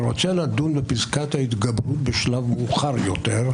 רוצה לדון בפסקת ההתגברות בשלב מאוחר יותר,